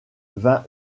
vint